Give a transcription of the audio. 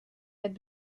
had